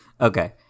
Okay